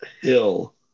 Hill